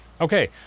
okay